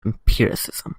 empiricism